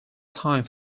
time